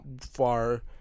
far